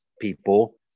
people